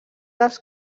dels